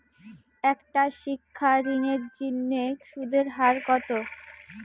একটা শিক্ষা ঋণের জিনে সুদের হার কত?